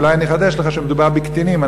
אולי אני אחדש לך: כשמדובר בקטינים אני